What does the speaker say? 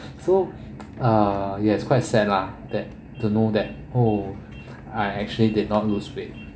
so uh yes quite sad lah that to know that oh I actually did not lose weight